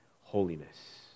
Holiness